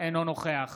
אינו נוכח